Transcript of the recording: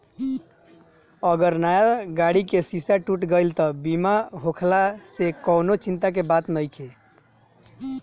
अगर नया गाड़ी के शीशा टूट गईल त बीमा होखला से कवनी चिंता के बात नइखे